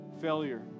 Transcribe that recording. failure